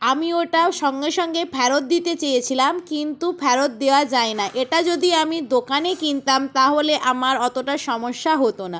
আমি ওটাও সঙ্গে সঙ্গে ফেরত দিতে চেয়েছিলাম কিন্তু ফেরত দেওয়া যায় না এটা যদি আমি দোকানে কিনতাম তাহলে আমার অতটা সমস্যা হতো না